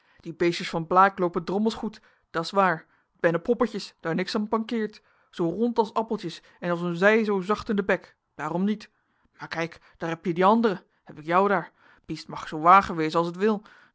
die beestjes van blaek loopen drommels goed dat s waar t bennen poppetjes daar niks aan mankeert zoo rond as appeltjes en as een zij zoo zacht in den bek daarom niet maar kijk daar hebje dien anderen heb ik jou daar het biest mag zoo mager wezen as het wil